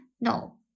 No